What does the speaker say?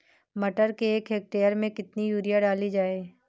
मटर के एक हेक्टेयर में कितनी यूरिया डाली जाए?